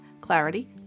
clarity